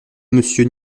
monsieur